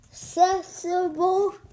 Accessible